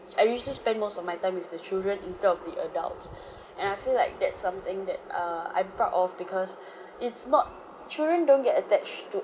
I usually spend most of my time with the children instead of the adults and I feel like that's something that err I'm proud of because it's not children don't get attached to